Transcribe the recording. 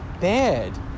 bad